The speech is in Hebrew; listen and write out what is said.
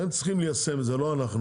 הם צריכים ליישם את זה, לא אנחנו.